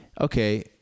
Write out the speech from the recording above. okay